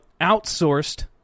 outsourced